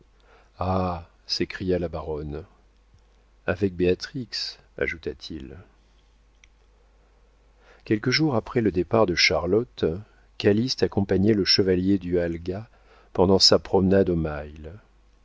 dit-il ah s'écria la baronne avec béatrix ajouta-t-il quelques jours après le départ de charlotte calyste accompagnait le chevalier du halga pendant sa promenade au